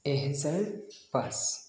এহেজাৰ পাঁচ